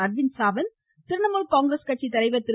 அர்விந்த் சாவந்த் திரிணாமுல் காங்கிரஸ் கட்சித்தலைவர் திரு